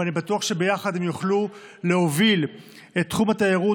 ואני בטוח שביחד הם יוכלו להוביל את תחום התיירות,